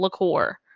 liqueur